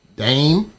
dame